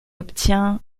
obtient